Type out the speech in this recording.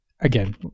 again